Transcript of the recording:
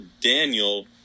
Daniel